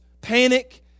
panic